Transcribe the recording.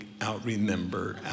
outremember